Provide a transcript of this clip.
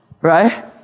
Right